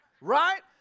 right